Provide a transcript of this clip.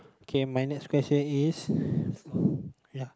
K my next question is ya